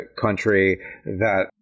country—that